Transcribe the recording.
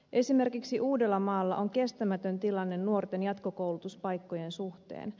esimerkiksi uudellamaalla on kestämätön tilanne nuorten jatkokoulutuspaikkojen suhteen